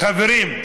חברים,